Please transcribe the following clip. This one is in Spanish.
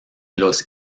los